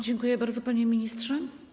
Dziękuję bardzo, panie ministrze.